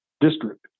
district